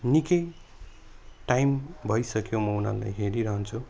निकै टाइम भइसक्यो म उनीहरूलाई हेरिरहन्छु